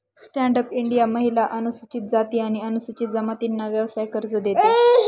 stand up India महिला, अनुसूचित जाती आणि अनुसूचित जमातींना व्यवसाय कर्ज देते